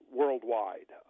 worldwide